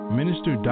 Minister